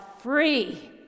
free